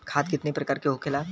खाद कितने प्रकार के होखेला?